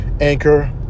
Anchor